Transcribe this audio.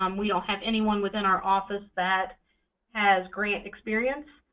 um we don't have any one within our office that has grant experience,